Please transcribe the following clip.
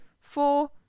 four